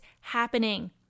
happening